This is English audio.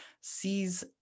sees